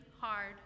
hard